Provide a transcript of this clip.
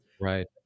Right